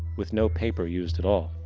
with no paper used at all.